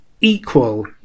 equal